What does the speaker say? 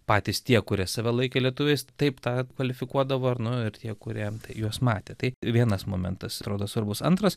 patys tie kurie save laikė lietuviais taip tą kvalifikuodavo nu ir tie kurie juos matė tai vienas momentas atrodo svarbus antras